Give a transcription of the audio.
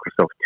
Microsoft